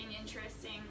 interesting